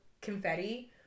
confetti